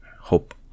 Hope